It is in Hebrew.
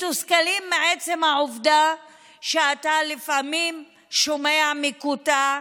מתוסכלים מעצם העובדה שאתה לפעמים שומע מקוטע,